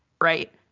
Right